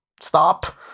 Stop